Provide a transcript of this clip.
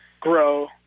grow